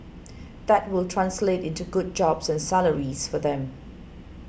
that will translate into good jobs and salaries for them